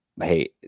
hey